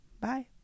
Bye